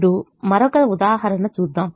ఇప్పుడు మరొక ఉదాహరణ చూద్దాం